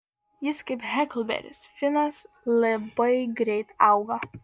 jis kaip heklberis finas labai greit augo